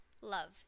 Love